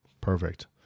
Perfect